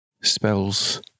Spells